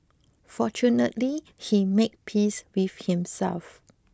fortunately he made peace with himself